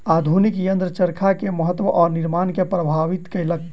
आधुनिक यंत्र चरखा के महत्त्व आ निर्माण के प्रभावित केलक